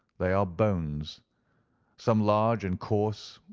they are bones some large and coarse,